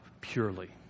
purely